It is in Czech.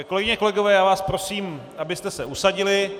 Kolegyně a kolegové, prosím, abyste se usadili.